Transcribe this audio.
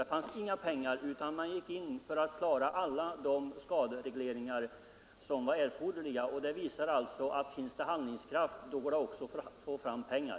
Det fanns inga pengar, utan man gick in för att klara alla de skaderegleringar som erfordrades. Det visar att finns det handlingskraft går det också att få fram pengar.